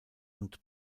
und